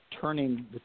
turning